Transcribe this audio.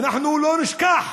ואנחנו לא נשכח